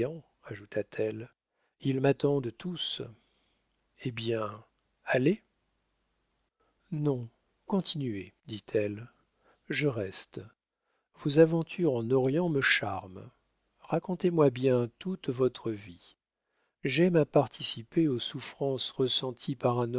ajouta-t-elle ils m'attendent tous hé bien allez non continuez dit-elle je reste vos aventures en orient me charment racontez-moi bien toute votre vie j'aime à participer aux souffrances ressenties par